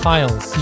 Files